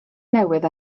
newydd